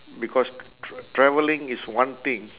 because tr~ travelling is one thing